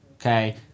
okay